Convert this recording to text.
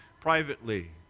privately